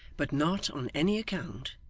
but not on any account,